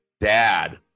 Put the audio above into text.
dad